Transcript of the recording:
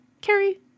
Carrie